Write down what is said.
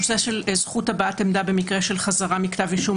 הנושא של זכות הבעת עמדה במקרה של חזרה מכתב אישום,